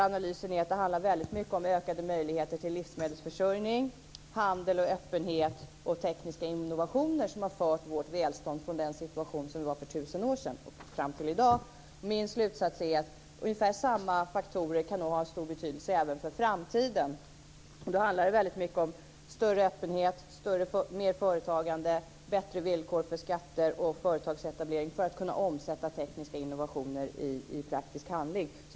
Analysen är att det handlar väldigt mycket om att det är ökade möjligheter till livsmedelsförsörjning, handel och öppenhet samt tekniska innovationer som har fört oss till vårt välstånd i dag från den situation som var för tusen år sedan. Min slutsats är att ungefär samma faktorer nog kan ha stor betydelse även för framtiden. Då handlar det väldigt mycket om större öppenhet, mer företagande och bättre villkor för skatter och företagsetablering för att kunna omsätta tekniska innovationer i praktisk handling.